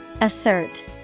Assert